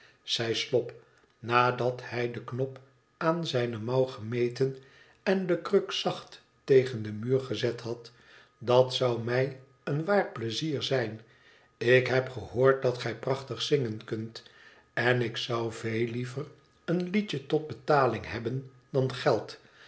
zei slop nadat hij den knop aan zijne mouw gemeten en de kruk zacht tegen den muur gezet had idat zou mij een waar pleizierzijn ik heb gehoord dat gij prachtig zingen kunt en ik zou veel liever een liedje tot betaling hebben dan geld